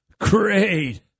Great